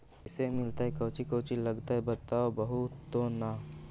कैसे मिलतय कौची कौची लगतय बतैबहू तो न?